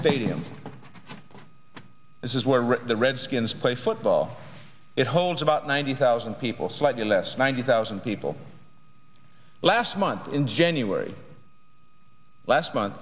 stadium this is where the redskins play football it holds about ninety thousand people slightly less ninety thousand people last month in january last month